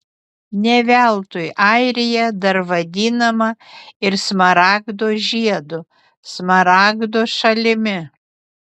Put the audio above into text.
ne veltui airija dar vadinama ir smaragdo žiedu smaragdo šalimi